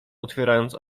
otwierając